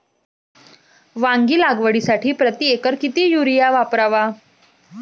वांगी लागवडीसाठी प्रति एकर किती युरिया वापरावा?